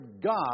God